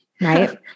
right